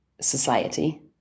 society